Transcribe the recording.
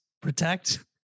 Protect